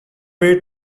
way